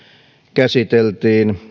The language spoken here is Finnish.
käsiteltiin